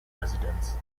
residence